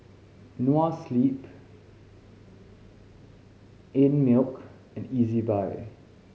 Noa Sleep Einmilk and Ezbuy